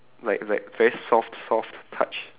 like like very soft soft touch